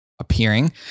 appearing